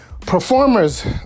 Performers